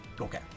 Okay